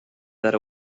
that